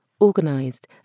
organised